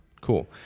Cool